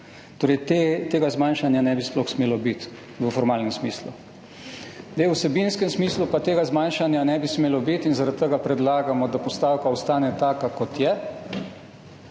Torej tega zmanjšanja sploh ne bi smelo biti, v formalnem smislu. V vsebinskem smislu pa tega zmanjšanja ne bi smelo biti in zaradi tega predlagamo, da postavka ostane taka, kot je,